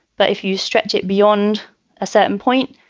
but if you stretch it beyond a certain point,